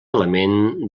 element